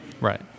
Right